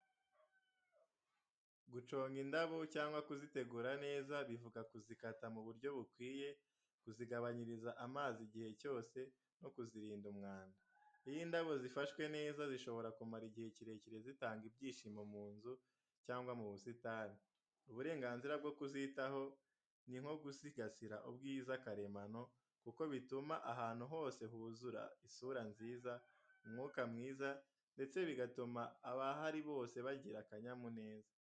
Guconga indabo cyangwa kuzitegura neza bivuga kuzikata mu buryo bukwiye, kuzigabanyiriza amazi igihe cyose, no kuzirinda umwanda. Iyo indabo zifashwe neza, zishobora kumara igihe kirekire zitanga ibyishimo mu nzu cyangwa mu busitani. Uburenganzira bwo kuzitaho ni nk’ugusigasira ubwiza karemano, kuko bituma ahantu hose huzura isura nziza, umwuka mwiza ndetse bigatuma abahari bose bagira akanyamuneza.